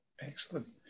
Excellent